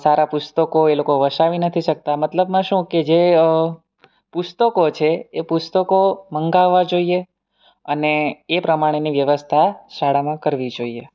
સારા પુસ્તકો એ લોકો વસાવી નથી શકતાં મતલબમાં શું કે જે પુસ્તકો છે એ પુસ્તકો મંગાવવા જોઈએ અને એ પ્રમાણેની વ્યવસ્થા શાળામાં કરવી જોઈએ